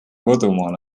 kodumaal